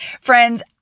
Friends